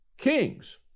kings